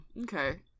Okay